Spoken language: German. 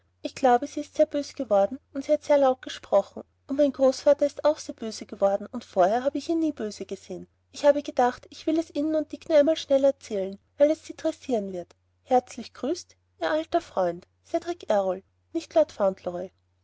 ich glaube sie ist ser böse geworden und hat ser laut gesprochen und mein großvater ist auch ser böse geworden und forher habe ich in nie böse gesehn ich habe gedagt ich will es inen und dick nur schnel erzälen weil es sie ser tressiren wird herzlich grüst ir alter freund cedrik errol nicht